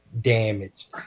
damaged